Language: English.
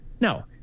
No